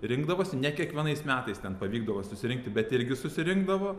rinkdavosi ne kiekvienais metais ten pavykdavo susirinkti bet irgi susirinkdavo